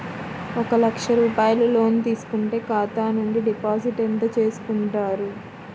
ఒక లక్ష రూపాయలు లోన్ తీసుకుంటే ఖాతా నుండి డిపాజిట్ ఎంత చేసుకుంటారు?